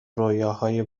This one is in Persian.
رویاهای